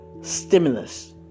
stimulus